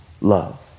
love